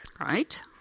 right